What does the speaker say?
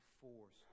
force